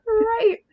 Right